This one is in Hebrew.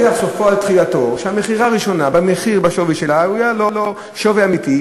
במכירה הראשונה, מיקי לוי,